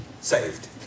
saved